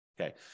Okay